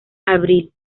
abril